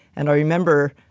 and i remember,